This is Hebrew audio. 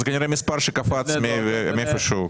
זה כנראה מספר שקפץ ממקום כלשהו.